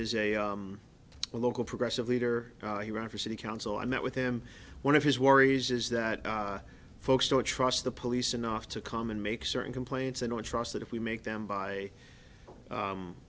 is a local progressive leader and he ran for city council i met with him one of his worries is that folks don't trust the police enough to come and make certain complaints and or trust that if we make them buy